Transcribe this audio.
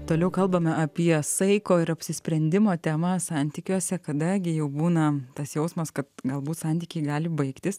toliau kalbame apie saiko ir apsisprendimo temą santykiuose kada gi jau būna tas jausmas kad galbūt santykiai gali baigtis